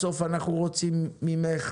בסוף אנחנו רוצים ממך,